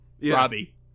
Robbie